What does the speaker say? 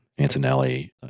Antonelli